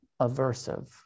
aversive